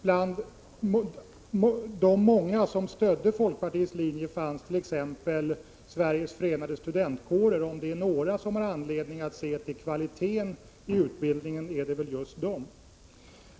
Bland de många som stödde folkpartiets linje fanns t.ex. Sveriges Förenade Studentkårer. Om det är några som har anledning att se till kvaliteten i utbildningen är det väl just de!